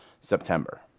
September